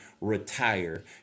retire